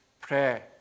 prayer